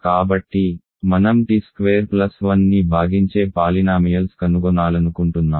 కాబట్టి మనం t square plus 1 ని భాగించే పాలినామియల్స్ కనుగొనాలనుకుంటున్నాము